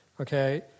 Okay